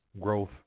growth